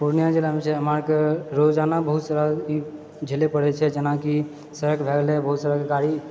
पुर्णिया जिलामे जे हम अहाँकेँ रोजाना बहुत तरह झेलय पड़ै छै जेना कि सड़क भए गेलै बहुत तरहकेँ गाड़ी